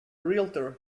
realtor